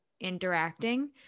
interacting